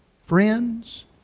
Friends